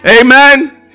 Amen